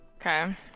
Okay